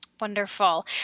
Wonderful